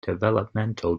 developmental